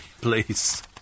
please